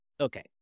Okay